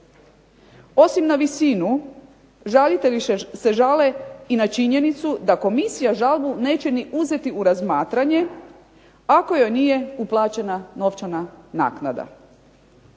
Osim na visinu žalitelji se žale i na činjenicu da komisija žalbu neće ni uzeti na razmatranje ako joj nije uplaćena novčana naknada.